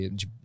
de